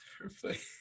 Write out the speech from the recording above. Perfect